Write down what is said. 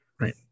right